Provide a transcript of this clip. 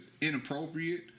inappropriate